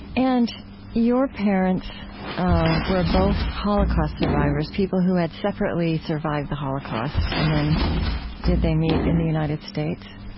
and your parents um were both holocaust survivors, people who had separately survived the holocaust. and then did they meet in the united states?